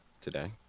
today